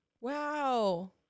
Wow